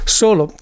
solo